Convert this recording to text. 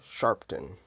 Sharpton